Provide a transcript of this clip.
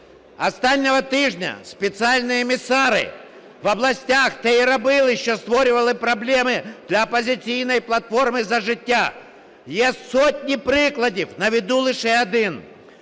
Останнього тижня спеціальні емісари в областях те і робили, що створювали проблеми для "Опозиційної платформи – За життя". Є сотні прикладів, наведу лише один.